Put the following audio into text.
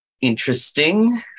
interesting